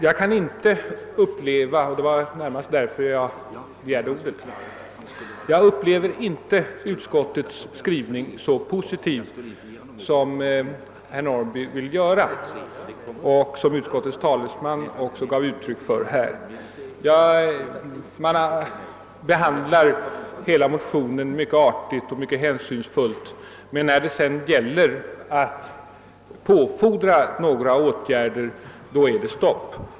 Jag kan dock inte uppleva — och det var närmast därför jag begärde ordet — utskottets skrivning så positivt som herr Norrby vill göra, och som utskottets talesman också gav uttryck för här. Man behandlar hela motionen mycket artigt och hänsynsfullt, men när det sedan gäller att påfordra några åtgärder är det stopp.